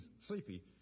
sleepy